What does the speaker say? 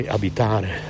abitare